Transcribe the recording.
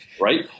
right